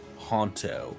Honto